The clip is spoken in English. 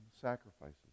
sacrifices